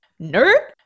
Nerd